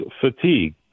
fatigue